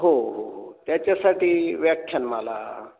हो हो हो त्याच्यासाठी व्याख्यानमाला